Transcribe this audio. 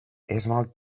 esmalt